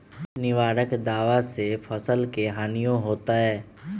किट निवारक दावा से फसल के हानियों होतै?